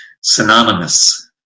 synonymous